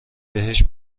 بهش